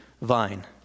vine